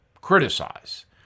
criticize